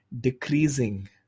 decreasing